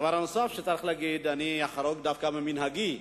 הדבר הנוסף שצריך להגיד, אני אחרוג דווקא ממנהגי,